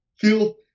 feel